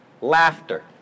Laughter